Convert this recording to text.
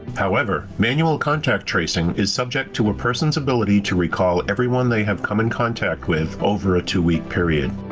however, manual contact tracing is subject to a person's ability to recall everyone they have come in contact with over a two week period.